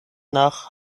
nach